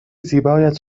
زیبایت